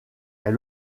est